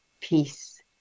peace